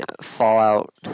Fallout